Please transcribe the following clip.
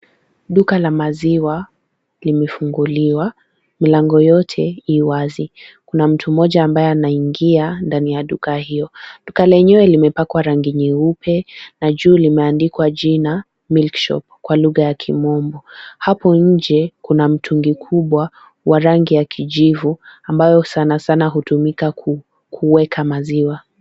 Duka la maziwa limefunguliwa, milango yote ii wazi. Kuna mtu mmoja ambaye anaingia ndani ya duka hiyo. Duka lenyewe limepakwa rangi nyeupe na juu limeandikwa jina milk shop kwa lugha ya kimombo. Hapo nje kuna mtungi kubwa wa rangi ya kijivu ambayo sana sana hutumika kuweka maziwa.